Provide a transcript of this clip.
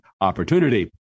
opportunity